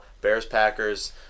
Bears-Packers